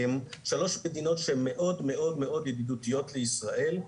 שלוש מדינות שמאוד, מאוד ידידותיות לישראל,